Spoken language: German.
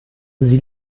sie